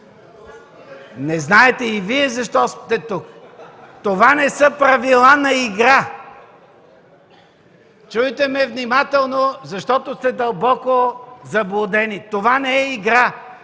Не знаете и Вие защо сте тук! (Оживление.) Това не са правила на игра. Чуйте ме внимателно, защото сте дълбоко заблудени – това не е игра!